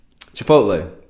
Chipotle